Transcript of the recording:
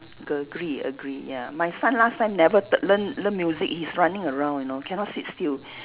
g~ agree agree ya my son last time never t~ learn learn music he's running around you know cannot sit still